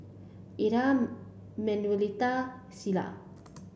Ira Manuelita Silas